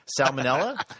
Salmonella